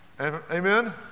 Amen